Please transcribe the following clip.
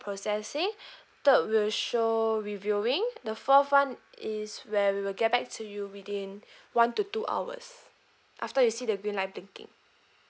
possessing third will show reviewing the fourth one is where we will get back to you within one to two hours after you see the green light blinking